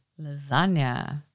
lasagna